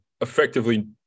effectively